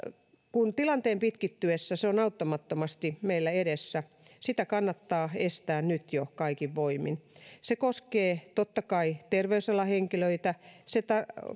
kun tilanteen pitkittyessä se on auttamattomasti meillä edessä sitä kannattaa estää nyt jo kaikin voimin se koskee totta kai terveysalan henkilöitä se